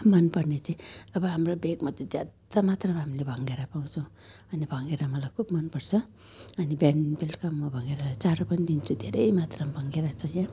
मन पर्ने चाहिँ अब हाम्रो भेगमा त ज्यादा मात्रामा हामीले भँगेरा पाउछौँ अनि भँगेरा मलाई खुब मनपर्छ अनि बिहान बेलुका म भँगेरालाई चारो पनि दिन्छु धेरै मात्रामा भँगेरा छ यहाँ